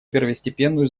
первостепенную